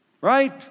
right